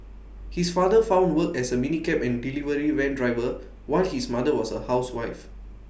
his father found work as A minicab and delivery van driver while his mother was A housewife